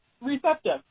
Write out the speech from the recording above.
receptive